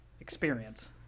experience